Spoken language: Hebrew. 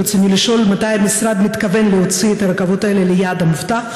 ברצוני לשאול: מתי המשרד מתכוון להוציא את הרכבות האלה ליעד המובטח?